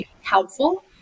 helpful